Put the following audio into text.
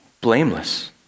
blameless